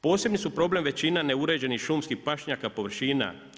Posebni su problem većina neuređenih šumskih pašnjaka, površina.